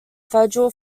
federal